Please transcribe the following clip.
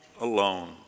alone